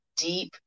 Deep